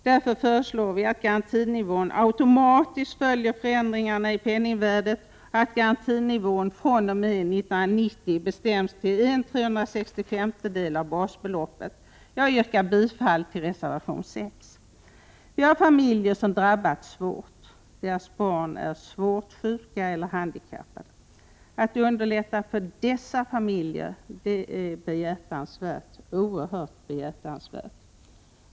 Därför föreslår vi att garantinivån automatiskt följer förändringarna i penningvärdet och att garantinivån fr.o.m. 1990 bestäms till en trehundrasextiofemtedel av basbeloppet. Jag yrkar bifall till reservation 6. Vi har familjer som drabbats svårt. Deras barn är sjuka eller handikappa de. Att underlätta för dessa familjer är oerhört behjärtansvärt.